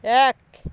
এক